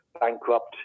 bankrupt